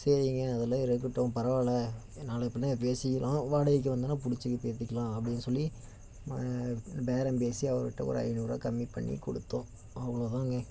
சரிங்க அதெல்லாம் இருக்கட்டும் பரவாயில்ல நாளை பின்னே பேசிக்கிறோம் வாடைகைக்கி வந்தோடன்ன பிடிச்சி பேசிக்கலாம் அப்படின் சொல்லி பேரம் பேசி அவர்கிட்ட ஒரு ஐநூறுபா கம்மி பண்ணி கொடுத்தோம் அவ்வளோதாங்க